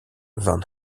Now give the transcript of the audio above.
van